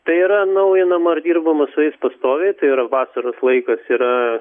tai yra naujinama ir dirbama su jais pastoviai tai ir vasaros laikas yra